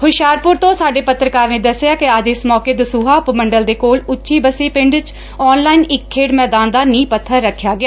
ਹੁਸ਼ਿਆਰਪੁਰ ਤੋਂ ਸਾਡੇ ਪੱਤਰਕਾਰ ਨੇ ਦਸਿਆ ਕਿ ਅੱਜ ਇਸ ਮੌਕੇ ਦਸੁਹਾ ਉਪ ਮੰਡਲ ਦੇ ਕੋਲ ਉੱਚੀ ਬੱਸੀ ਪਿੰਡ ਚ ਆਨਲਾਈਨ ਇਕ ਖੇਡ ਮੈਦਾਨ ਦਾ ਨੀਂਹ ਪੱਬਰ ਰੱਖਿਆ ਗਿਆ